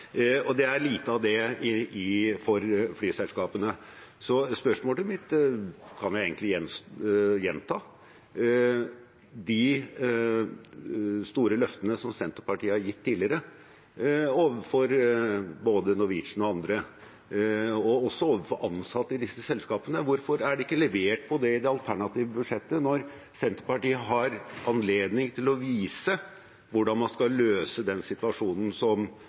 og det er lite av det for flyselskapene. Så spørsmålet mitt kan jeg egentlig gjenta: De store løftene som Senterpartiet har gitt tidligere overfor både Norwegian og andre, og også overfor ansatte i disse selskapene, hvorfor er det ikke levert på det i det alternative budsjettet når Senterpartiet har anledning til å vise hvordan man skal løse den situasjonen